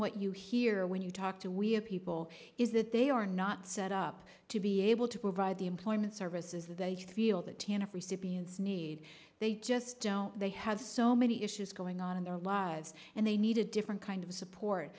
what you hear when you talk to we have people is that they are not set up to be able to provide the employment services they feel that t n f recipients need they just don't they have so many issues going on in their lives and they need a different kind of support